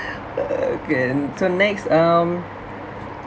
again so next um